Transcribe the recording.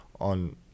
on